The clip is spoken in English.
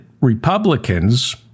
Republicans